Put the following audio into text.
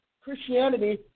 Christianity